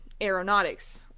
aeronautics